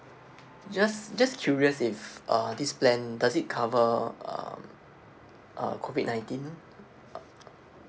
just just curious if uh this plan does it cover um uh COVID nineteen